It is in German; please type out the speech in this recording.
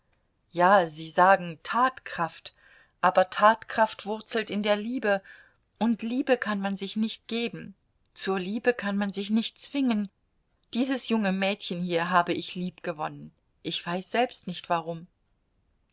ja sie sagen tatkraft aber tatkraft wurzelt in der liebe und liebe kann man sich nicht geben zur liebe kann man sich nicht zwingen dieses junge mädchen hier habe ich liebgewonnen ich weiß selbst nicht warum